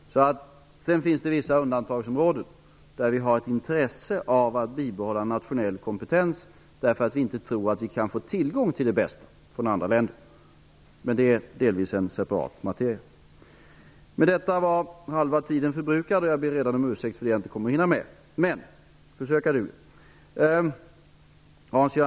Sedan finns det vissa undantagsområden där vi har ett intresse av att bibehålla en nationell kompetens, därför att vi inte tror att vi kan få tillgång till det bästa från andra länder. Men det är delvis separat materia. Med detta var halva tiden förbrukad. Jag ber redan om ursäkt för det jag inte kommer att hinna med, men försöka duger.